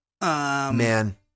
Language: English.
man